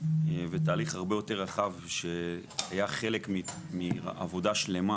ותהליך הרבה יותר רחב שהיה חלק מעבודה שלמה